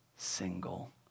single